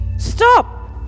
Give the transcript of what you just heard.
Stop